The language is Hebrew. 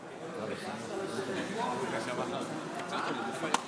בשעה טובה, וגם ברוכים הבאים, המשפחה.